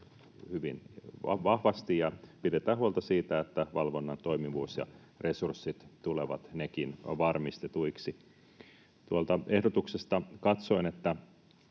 hyvin vahvasti ja pidetään huolta siitä, että valvonnan toimivuus ja resurssit tulevat nekin varmistetuiksi. Tuolta ehdotuksesta katsoin, että